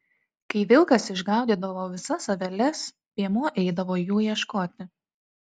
kai vilkas išgaudydavo visas aveles piemuo eidavo jų ieškoti